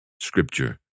Scripture